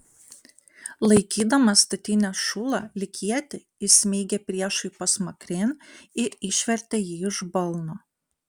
laikydamas statinės šulą lyg ietį jis smeigė priešui pasmakrėn ir išvertė jį iš balno